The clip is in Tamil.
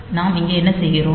நாம் இங்கே என்ன செய்கிறோம்